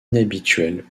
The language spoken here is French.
inhabituelle